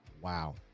Wow